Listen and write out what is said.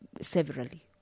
severally